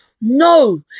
no